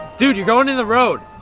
dude, you're going in the road.